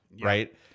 right